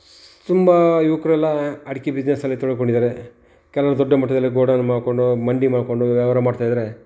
ತುಂಬ ಯುವಕರೆಲ್ಲ ಅಡಿಕೆ ಬಿಸ್ನೆಸ್ಸಲ್ಲಿ ತೊಡಗಿಕೊಂಡಿದ್ದಾರೆ ಕೆಲವರು ದೊಡ್ಡ ಮಟ್ಟದಲ್ಲಿ ಗೋಡೌನ್ ಮಾಡಿಕೊಂಡು ಮಂಡಿ ಮಾಡಿಕೊಂಡು ವ್ಯವಹಾರ ಮಾಡ್ತಾಯಿದ್ದಾರೆ